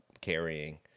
carrying